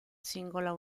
singola